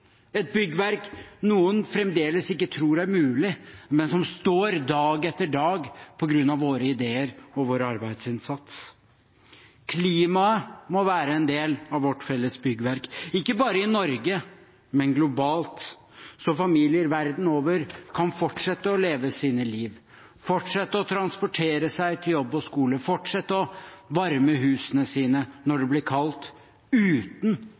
et byggverk noen fremdeles ikke tror er mulig, men som står dag etter dag, på grunn av våre ideer og vår arbeidsinnsats. Klimaet må være en del av vårt felles byggverk, ikke bare i Norge, men globalt, så familier verden over kan fortsette å leve sine liv, fortsette å transportere seg til jobb og skole, fortsette å varme husene sine når det blir kaldt, uten